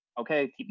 okay